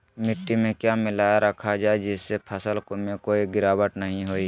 मिट्टी में क्या मिलाया रखा जाए जिससे फसल में कोई गिरावट नहीं होई?